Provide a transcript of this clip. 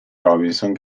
robinson